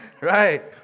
Right